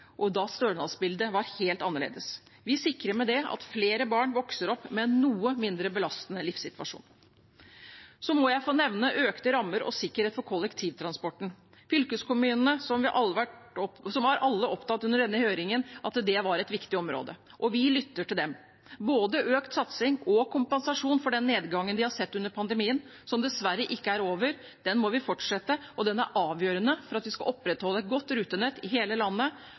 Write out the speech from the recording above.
da stønadsbildet var helt annerledes. Vi sikrer med det at flere barn vokser opp med en noe mindre belastende livssituasjon. Så må jeg få nevne økte rammer og sikkerhet for kollektivtransporten. Fra fylkeskommunenes side var alle under denne høringen opptatt av at det var et viktig område, og vi lytter til dem. Både økt satsing og kompensasjon for den nedgangen vi har sett under pandemien – som dessverre ikke er over – må vi fortsette med. Det er avgjørende for at vi skal opprettholde et godt rutenett i hele landet,